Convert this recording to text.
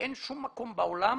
אין שום מקום בעולם